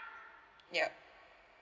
yup